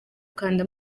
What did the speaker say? kanda